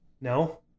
no